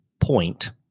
point